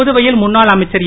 புதுவையில் முன்னாள் அமைச்சர் ஏ